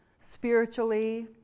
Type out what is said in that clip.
spiritually